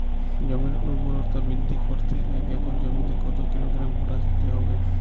জমির ঊর্বরতা বৃদ্ধি করতে এক একর জমিতে কত কিলোগ্রাম পটাশ দিতে হবে?